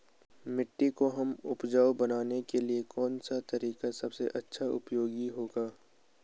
मिट्टी को हमें उपजाऊ बनाने के लिए कौन सा तरीका सबसे अच्छा उपयोगी होगा?